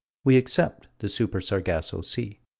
we accept the super-sargasso sea.